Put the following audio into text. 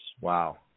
wow